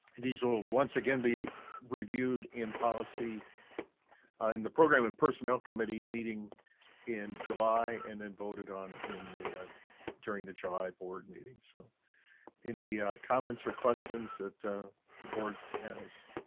these will once again be reviewed in policy in and the program in personnel committee meeting in july, and then voted on in the during the july board meeting. so any comments or questions that ah the board has.